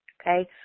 Okay